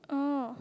oh